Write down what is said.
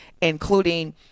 including